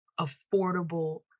affordable